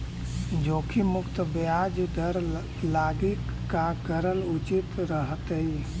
जोखिम मुक्त ब्याज दर लागी का करल उचित रहतई?